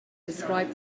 described